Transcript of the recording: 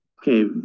Okay